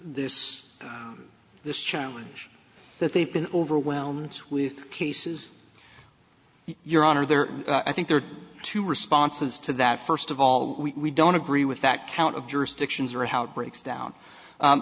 this this challenge that they've been overwhelmed with cases your honor there i think there are two responses to that first of all we don't agree with that count of jurisdictions or how it breaks down